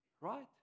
Right